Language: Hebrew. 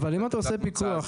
אבל אם אתה עושה פיקוח.